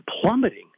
plummeting